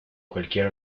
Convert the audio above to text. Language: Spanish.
cualquier